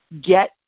get